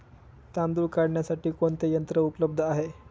तांदूळ कापण्यासाठी कोणते यंत्र उपलब्ध आहे?